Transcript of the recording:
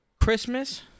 Christmas